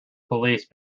police